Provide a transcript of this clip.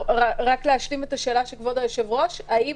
והאם